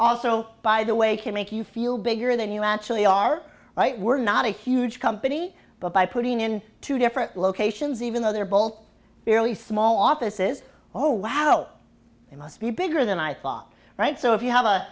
also by the way can make you feel bigger than you actually are right we're not a huge company but by putting in two different locations even though they're both fairly small offices oh wow they must be bigger than i thought right so if you have a